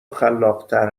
خلاقتر